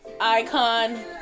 Icon